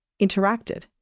interacted